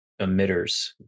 emitters